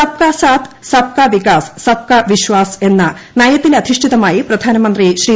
സബ്കാ സാത്ത് സബ്കാ വികാസ് സബ്കാ വിശ്വാസ് എന്ന നയത്തിലധിഷ്ഠിതമായി പ്രധാനമന്ത്രി ശ്രീ